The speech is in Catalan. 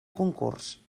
concurs